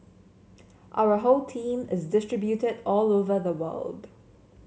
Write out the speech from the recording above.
our whole team is distributed all over the world